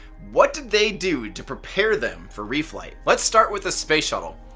what did they do to prepare them for reflight? let's start with the space shuttle.